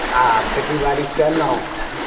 आ खेतीबाड़ी कयलहुँ